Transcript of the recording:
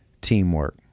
teamwork